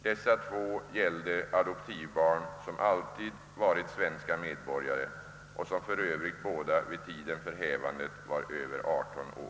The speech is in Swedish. Dessa två gällde adoptivbarn, som alltid varit svenska medborgare och som för övrigt båda vid tiden för hävandet var över 18 år.